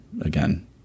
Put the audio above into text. again